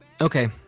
okay